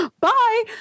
Bye